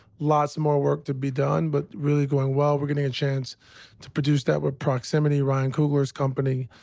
lots more work to be done, but really going well. we're getting a chance to produce that with proximity, ryan coogler's company.